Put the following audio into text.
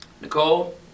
Nicole